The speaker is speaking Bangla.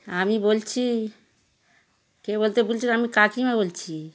আমি বলছি কে বলতে বলছি আমি কাকিমা বলছি